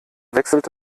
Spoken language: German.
wechselt